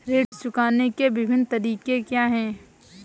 ऋण चुकाने के विभिन्न तरीके क्या हैं?